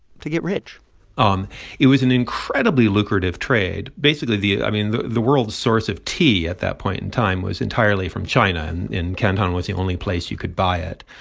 to get rich um it was an incredibly lucrative trade. basically, the i mean, the the world's source of tea at that point in time was entirely from china, and canton was the only place you could buy it.